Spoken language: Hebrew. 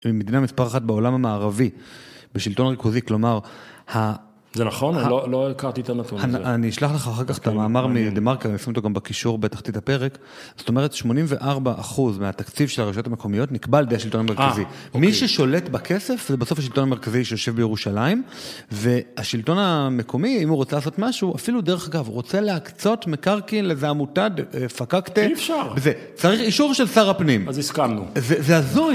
עם מדינה מספר אחת בעולם המערבי, בשלטון ריכוזי, כלומר ה... זה נכון? לא הכרתי את הנתון. אני אשלח לך אחר כך את המאמר מדה-מרקר, ואני אשים אותו גם בקישור בתחתית הפרק. זאת אומרת, 84% מהתקציב של הרשויות המקומיות נקבל על ידי השלטון המרכזי. מי ששולט בכסף זה בסוף השלטון המרכזי שיושב בירושלים, והשלטון המקומי, אם הוא רוצה לעשות משהו, אפילו דרך אגב, הוא רוצה להקצות מקרקעין לאיזה עמותה פקקטה. אי אפשר. צריך אישור של שר הפנים. אז הסכמנו. זה הזוי...